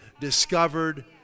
discovered